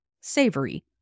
savory